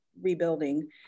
rebuilding